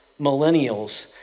millennials